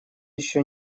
еще